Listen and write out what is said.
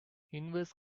inverse